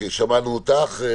מיכל, שמענו אותך.